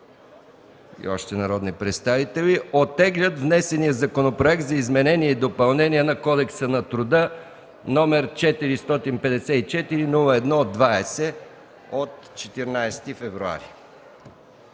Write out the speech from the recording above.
и още народни представители оттеглят внесения Законопроект за изменение и допълнение на Кодекса на труда, № 454-01-20, от 14 февруари.